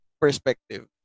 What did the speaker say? perspective